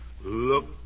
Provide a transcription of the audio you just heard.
Look